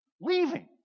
Leaving